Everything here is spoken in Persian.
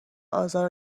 آزار